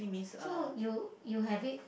so you you have it